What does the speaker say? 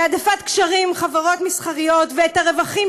בהעדפת קשרים עם חברות מסחריות ואת הרווחים